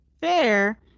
fair